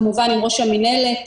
כמובן עם ראש המנהלת,